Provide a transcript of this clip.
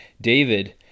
David